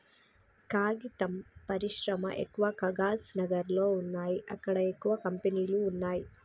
కాగితం పరిశ్రమ ఎక్కవ కాగజ్ నగర్ లో వున్నాయి అక్కడ ఎక్కువ కంపెనీలు వున్నాయ్